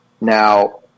Now